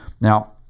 Now